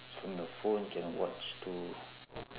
from your phone can watch too